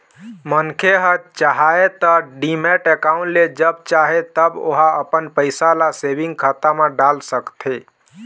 मनखे ह चाहय त डीमैट अकाउंड ले जब चाहे तब ओहा अपन पइसा ल सेंविग खाता म डाल सकथे